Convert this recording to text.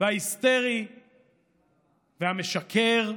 וההיסטרי והמשקר,